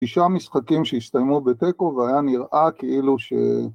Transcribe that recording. תשעה משחקים שהסתיימו בתיקו והיה נראה כאילו ש...